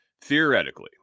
Theoretically